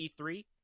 e3